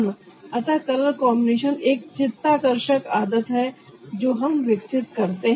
अतः कुछ उदाहरण अतः कलर कॉम्बिनेशन एक चित्ताकर्षक आदत है जिसे हम विकसित करते हैं